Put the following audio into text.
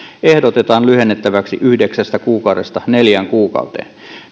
ehdotetaan lyhennettäväksi yhdeksästä kuukaudesta neljään kuukauteen